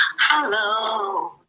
Hello